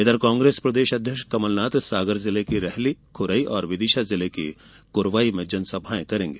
इधर कांग्रेस प्रदेश अध्यक्ष कमलनाथ सागर जिले की रेहली खुरई विदिशा जिले की कुरवाई में जनसभाएं करेंगे